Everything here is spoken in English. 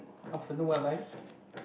afternoon what time